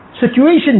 situation